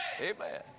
Amen